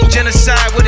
Genocide